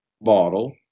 bottle